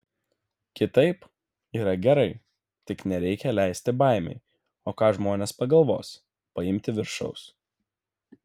kitaip yra gerai tik nereikia leisti baimei o ką žmonės pagalvos paimti viršaus